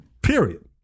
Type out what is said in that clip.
period